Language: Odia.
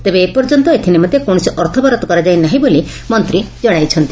ତେବେ ଏ ପର୍ଯ୍ୟନ୍ତ ଏଥି ନିମନ୍ତେ କୌଣସି ଅର୍ଥ ବରାଦ କରାଯାଇ ନାହିଁ ବୋଲି ମନ୍ତୀ ଜଣାଇଛନ୍ତି